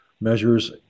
measures